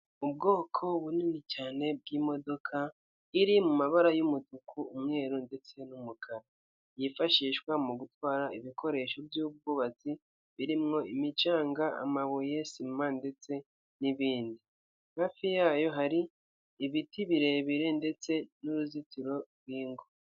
Ubwoko bunini cyane bw'imodoka, iri mumabara y'umutuku umweru ndetse n'umukara, yifashishwa mugutwara ibikoresho by'ubw'ubatsi, birimo imicanga, amabuye, sima ndetse n'ibindi. Hafi yayo hari ibiti birebire ndetse n'uruzitiro rw'ingo.